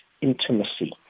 intimacy